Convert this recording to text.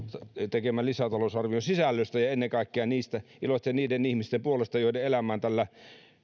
lisätalousarvion sisällöstä ja ennen kaikkea iloitsen niiden ihmisten puolesta joiden elämään tällä